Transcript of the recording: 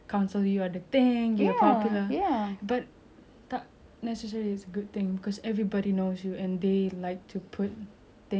tak necessarily it's a good thing cause everybody knows you and they like to put things in each other's mouth just cause like I don't say it but they would say